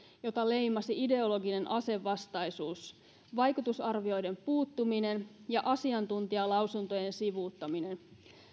jota leimasi ideologinen asevastaisuus vaikutusarvioiden puuttuminen ja asiantuntijalausuntojen sivuuttaminen